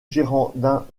girondins